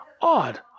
Odd